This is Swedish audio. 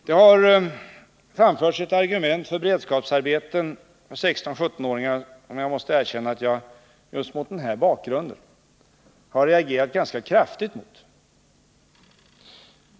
Det har framförts ett argument för beredskapsarbeten för 16-17-åringar som jag måste erkänna att jag, just mot denna bakgrund, har reagerat ganska kraftigt mot.